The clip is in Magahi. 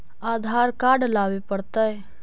आधार कार्ड लाबे पड़तै?